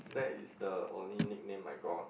that is the only nickname I got